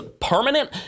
permanent